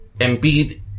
Embiid